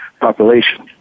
population